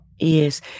Yes